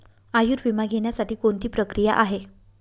आयुर्विमा घेण्यासाठी कोणती प्रक्रिया आहे?